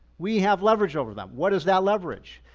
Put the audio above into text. we have leverage over them. what is that leverage?